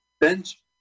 bench